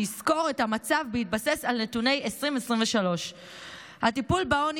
שיסקור את המצב בהתבסס על נתוני 2023. הטיפול בעוני